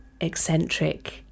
eccentric